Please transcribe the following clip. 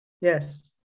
Yes